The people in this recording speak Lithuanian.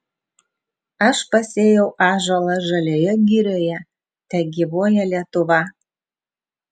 aš pasėjau ąžuolą žalioje girioje tegyvuoja lietuva